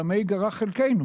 במה ייגרע חלקנו?